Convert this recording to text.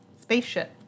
spaceship